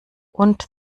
und